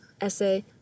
essay